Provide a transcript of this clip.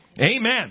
Amen